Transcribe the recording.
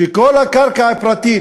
שכל הקרקע הפרטית